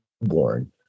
Born